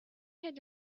had